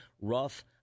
rough